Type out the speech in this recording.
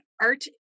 art